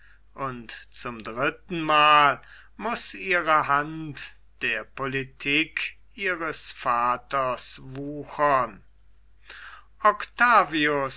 und zum dritten mal muß ihre hand der politik ihres vaters wuchern octavius